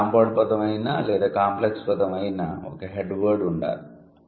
ఇది కాంపౌండ్ పదం అయినా లేదా కాంప్లెక్స్ పదం అయినా ఒక 'హెడ్ వర్డ్ ' ఉండాలి